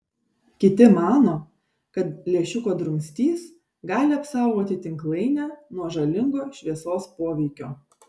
kiti mano kad lęšiuko drumstys gali apsaugoti tinklainę nuo žalingo šviesos poveikio